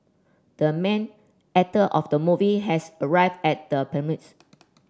the main actor of the movie has arrived at the